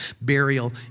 burial